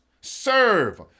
serve